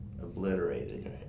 obliterated